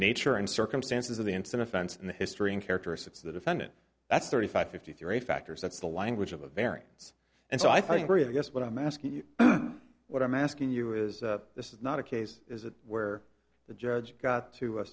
nature and circumstances of the instant offense and the history and characteristics of the defendant that's thirty five fifty three factors that's the language of a variance and so i think very a guess what i'm asking you what i'm asking you is this is not a case is that where the judge got to